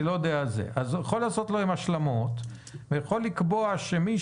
יכול לעשות להם השלמות ויכול לקבוע שמי